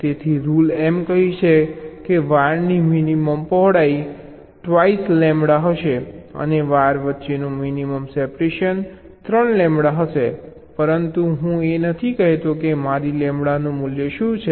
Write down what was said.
તેથી રૂલ એમ કહી શકે છે કે વાયરની મિનિમમ પહોળાઈ ટવાઇસ લેમ્બડા હશે અને વાયર વચ્ચેનું મિનિમમ સેપરેશન 3 લેમ્બડા હશે પરંતુ હું એ નથી કહેતો કે મારી લેમ્બડાનું મૂલ્ય શું છે